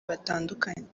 batandukanye